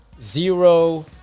zero